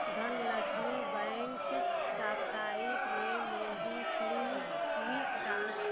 Dhanlaxmi bank साप्ताहिक में mobi click quick टांस